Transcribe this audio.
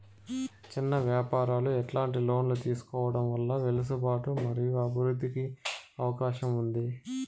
చిన్న వ్యాపారాలు ఎట్లాంటి లోన్లు తీసుకోవడం వల్ల వెసులుబాటు మరియు అభివృద్ధి కి అవకాశం ఉంది?